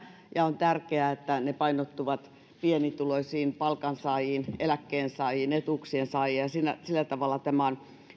ja on tärkeää että ne painottuvat pienituloisiin palkansaajiin eläkkeensaajiin ja etuuksien saajiin sillä tavalla tämä on